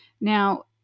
Now